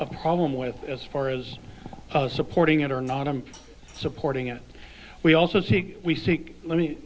a problem with as far as supporting it or not i'm supporting it we also seek we seek let me